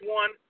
one